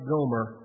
Gomer